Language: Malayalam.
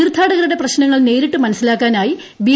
തീർത്ഥാടകരുടെ പ്രശ്നങ്ങൾ നേരിട്ട് മനസ്സിലാക്കാനായി ബി